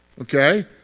Okay